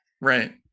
Right